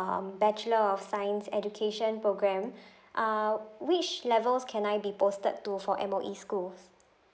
um bachelor of science education program uh which levels can I be posted to for M_O_E schools